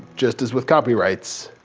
just as with copyrights,